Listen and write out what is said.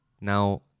Now